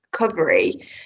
recovery